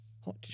hot